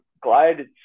glide